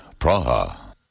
Praha